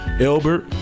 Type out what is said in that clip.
Elbert